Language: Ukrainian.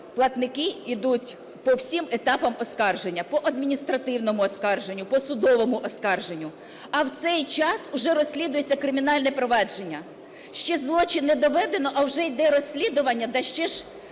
платники ідуть по всім етапам оскарження: по адміністративному оскарженню, по судовому оскарженню. А в цей час уже розслідується кримінальне провадження. Ще злочин не доведено, а вже йде розслідування, та й ще ж